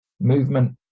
Movement